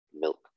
milk